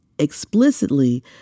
explicitly